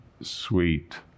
sweet